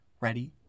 ready